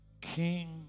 king